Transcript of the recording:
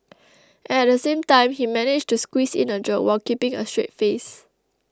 and at the same time he managed to squeeze in a joke while keeping a straight face